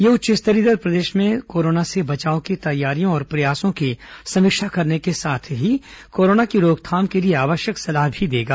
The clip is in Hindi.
यह उच्च स्तरीय दल प्रदेश में कोरोना से बचाव की तैयारियों और प्रयासों की समीक्षा करने के साथ ही कोरोना की रोकथाम के लिए आवश्यक सलाह भी देगा